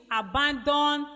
abandon